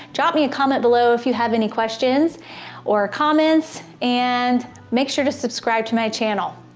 drop me a comment below if you have any questions or comments and make sure to subscribe to my channel.